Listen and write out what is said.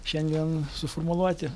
šiandien suformuluoti